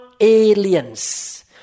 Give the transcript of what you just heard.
aliens